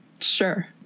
Sure